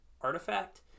artifact